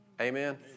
Amen